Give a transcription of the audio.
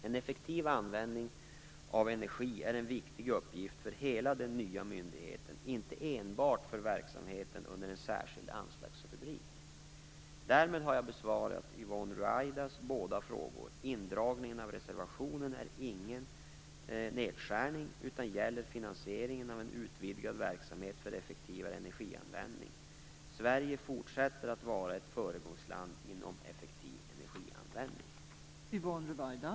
En effektiv användning av energi är en viktig uppgift för hela den nya myndigheten, inte enbart för verksamheten under en särskild anslagsrubrik. Därmed har jag besvarat Yvonne Ruwaidas båda frågor. Indragningen av reservationen är ingen nedskärning, utan gäller finansieringen av en utvidgad verksamhet för effektivare energianvändning. Sverige fortsätter att vara ett föregångsland inom effektiv energianvändning.